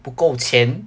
不够钱